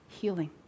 healing